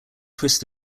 twist